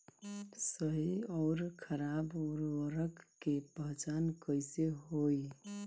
सही अउर खराब उर्बरक के पहचान कैसे होई?